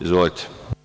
Izvolite.